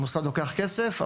המוסד לוקח כסף,